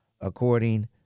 according